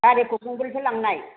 गारिखौ बबेनिफ्राय लांनाय